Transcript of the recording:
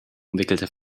umwickelte